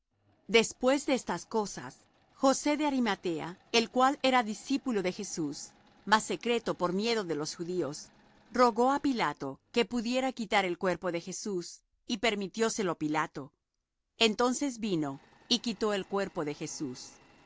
después de estas cosas josé de arimatea el cual era discípulo de jesús mas secreto por miedo de los judíos rogó á pilato que pudiera quitar el cuerpo de jesús y permitióselo pilato entonces vino y quitó el cuerpo de jesús